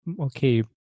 Okay